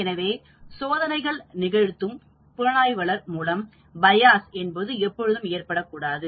எனவே சோதனைகள் நிகழ்த்தும் புலனாய்வாளர் மூலம் பயாஸ் என்பது எப்பொழுதும் ஏற்படக்கூடும்